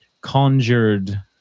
conjured